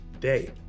day